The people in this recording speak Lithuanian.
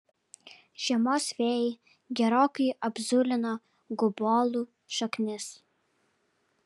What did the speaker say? žiemos vėjai gerokai apzulino gubojų šaknis